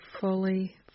fully